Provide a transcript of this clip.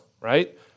right